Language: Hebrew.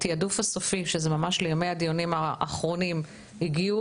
לתעדוף הסופי שזה ממש לימי הדיונים האחרונים הגיעו